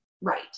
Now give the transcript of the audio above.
right